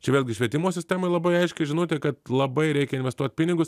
čia vėlgi švietimo sistemai labai aiškiai žinutė kad labai reikia investuot pinigus